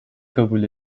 kabul